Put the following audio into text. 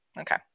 Okay